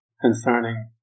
concerning